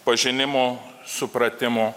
pažinimo supratimo